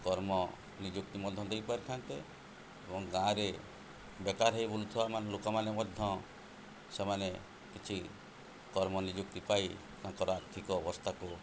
କର୍ମ ନିଯୁକ୍ତି ମଧ୍ୟ ଦେଇପାରିଥାନ୍ତେ ଏବଂ ଗାଁରେ ବେକାର ହେଇ ବୁଲୁଥିବା ମାନେ ଲୋକମାନେ ମଧ୍ୟ ସେମାନେ କିଛି କର୍ମ ନିଯୁକ୍ତି ପାଇ ତାଙ୍କର ଆର୍ଥିକ ଅବସ୍ଥାକୁ